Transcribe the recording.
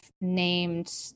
named